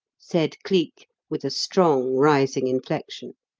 said cleek, with a strong rising inflection.